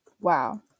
wow